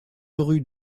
rue